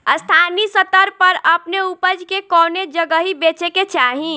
स्थानीय स्तर पर अपने ऊपज के कवने जगही बेचे के चाही?